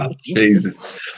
Jesus